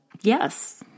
Yes